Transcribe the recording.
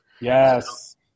Yes